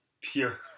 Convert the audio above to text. pure